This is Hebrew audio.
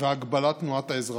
והגבלת תנועת האזרחים.